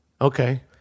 Okay